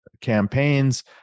campaigns